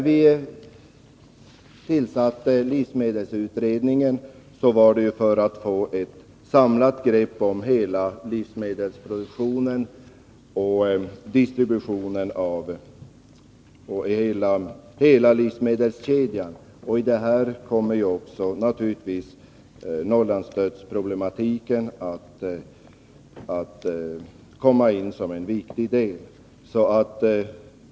Vi tillsatte livsmedelsutredningen för att få ett samlat grepp över livsmedelsproduktionen och distributionen, ja, över hela livsmedelskedjan. Här kommer naturligtvis Norrlandsstödsproblematiken in som en viktig del.